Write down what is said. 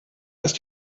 ist